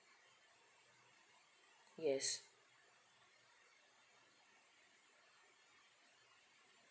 yes